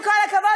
עם כל הכבוד.